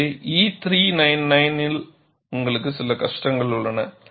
எனவே E 399 இல் உங்களுக்கு சில கஷ்டங்கள் உள்ளன